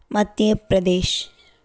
மத்திய பிரதேஷ்